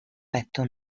petto